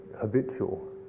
habitual